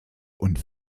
und